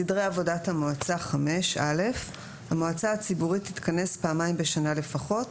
סדרי עבודת המועצה 5. (א)המועצה הציבורית תתכנס פעמיים בשנה לפחות,